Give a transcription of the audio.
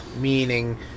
meaning